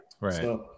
right